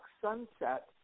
sunset